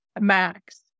max